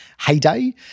heyday